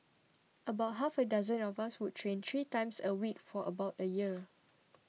about half a dozen of us would train three times a week for about a year